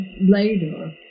later